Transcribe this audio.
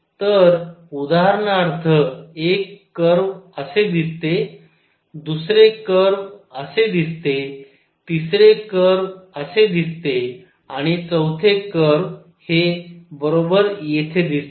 तर उदाहरणार्थ एक कर्व असे दिसते दुसरे कर्व असे दिसते तिसरे कर्व दिसते आणि चौथे कर्व हे बरोबर येथे दिसते